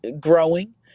growing